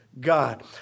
God